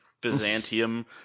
Byzantium